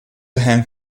hang